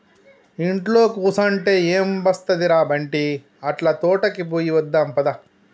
ఇంట్లో కుసంటే ఎం ఒస్తది ర బంటీ, అట్లా తోటకి పోయి వద్దాం పద